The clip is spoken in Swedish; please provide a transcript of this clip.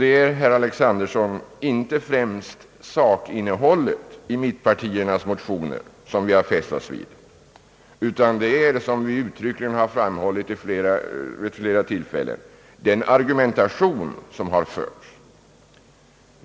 Det är, herr Alexanderson, inte främst sakinnehållet i mittenpartiernas motioner vi har fäst oss vid, utan det är, som vi uttryckligen framhållit vid flera tillfällen, den argumentation som förts.